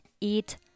eat